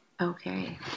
Okay